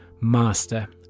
master